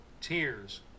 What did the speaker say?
tears